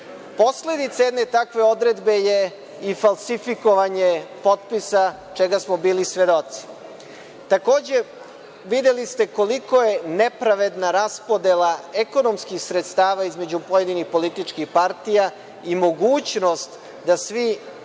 jedne takve odredbe je i falsifikovanje potpisa, čega smo bili svedoci. Takođe, videli ste koliko je nepravedna raspodela ekonomskih sredstava između pojedinih političkih partija i mogućnost da svi